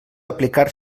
aplicar